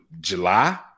July